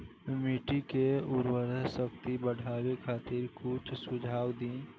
मिट्टी के उर्वरा शक्ति बढ़ावे खातिर कुछ सुझाव दी?